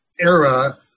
era